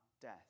death